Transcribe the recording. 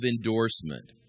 endorsement